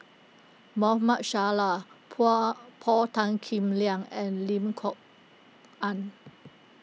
Salleh Paul Tan Kim Liang and Lim Kok Ann